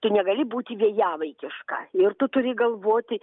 tu negali būti vėjavaikiška ir tu turi galvoti